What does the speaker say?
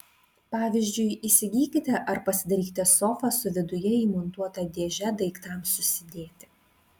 pavyzdžiui įsigykite ar pasidarykite sofą su viduje įmontuota dėže daiktams susidėti